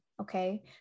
okay